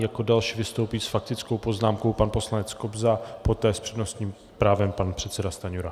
Jako další vystoupí s faktickou poznámkou pan poslanec Kobza, poté s přednostním právem pan předseda Stanjura.